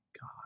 god